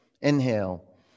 inhale